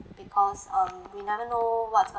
because um we never know what's